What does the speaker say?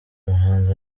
umuhanzi